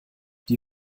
die